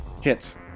Hits